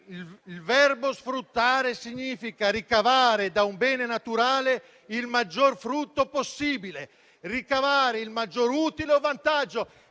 il verbo sfruttare significa ricavare da un bene naturale il maggior frutto possibile o ricavare il maggior utile o vantaggio